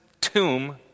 tomb